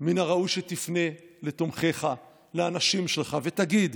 מן הראוי שתפנה לתומכיך, לאנשים שלך, ותגיד: